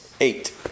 Eight